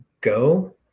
go